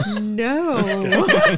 No